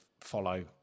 follow